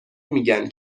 میگن